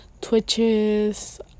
Twitches